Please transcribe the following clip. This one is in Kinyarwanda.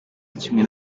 kimwe